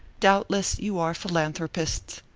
doubtless you are philanthropists,